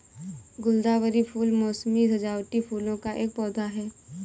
गुलदावरी फूल मोसमी सजावटी फूलों का एक पौधा है